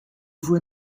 voix